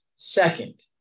Second